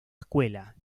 escuela